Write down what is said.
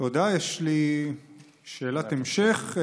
תודה, יש לי שאלת המשך.